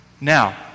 Now